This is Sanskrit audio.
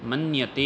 मन्यते